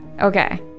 Okay